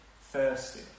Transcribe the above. thirsty